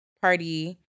party